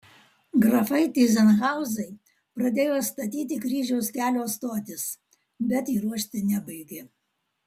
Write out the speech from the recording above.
grafai tyzenhauzai pradėjo statyti kryžiaus kelio stotis bet įruošti nebaigė